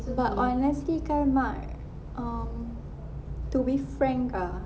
but honestly kan mar um to be frank ah